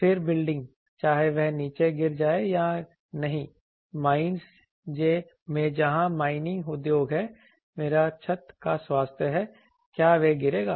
फिर बिल्डिंग चाहे वह नीचे गिर जाए या नहीं माइंज में जहां माइनिंग उद्योग है मेरा छत का स्वास्थ्य है क्या वे गिरेगा